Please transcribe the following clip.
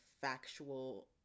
factual